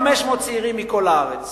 1,500 צעירים מכל הארץ